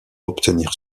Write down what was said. obtenir